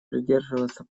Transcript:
придерживаться